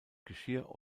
geschirr